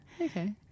Okay